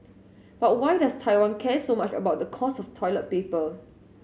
but why does Taiwan care so much about the cost of toilet paper